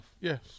Yes